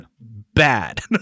Bad